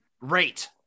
Rate